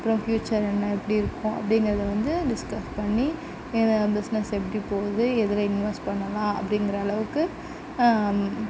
அப்புறம் ஃப்யூச்சர் எல்லாம் எப்படி இருக்கும் அப்படின்கிறத வந்து டிஸ்கஸ் பண்ணி பிஸ்னெஸ் எப்படி போகுது எதில் இன்வெஸ்ட் பண்ணலாம் அப்படிங்ற அளவுக்கு